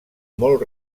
molt